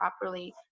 properly